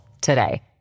today